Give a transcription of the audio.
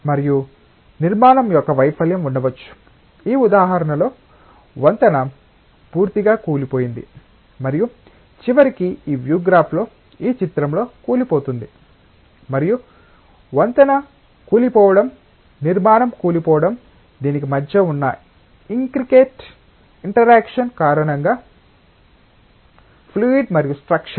మరియు నిర్మాణం యొక్క వైఫల్యం ఉండవచ్చు ఈ ఉదాహరణలో వంతెన పూర్తిగా కూలిపోయింది మరియు చివరికి ఈ వ్యూ గ్రాఫ్ లో ఈ చిత్రంలో కూలిపోతుంది మరియు వంతెన కూలిపోవడం నిర్మాణం కూలిపోవటం దీనికి మధ్య ఉన్న ఇంట్రీకేట్ ఇంటరాక్షన్ కారణంగా ఫ్లూయిడ్ మరియు స్ట్రక్చర్